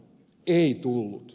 ei tullut